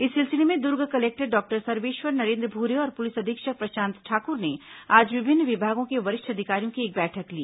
इस सिलसिले में दुर्ग कलेक्टर डॉक्टर सर्वेश्वर नरेन्द्र भूरे और पुलिस अधीक्षक प्रशांत ठाकुर ने आज विभिन्न विभागां के वरिष्ठ अधिकारियों की एक बैठक ली